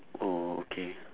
oh okay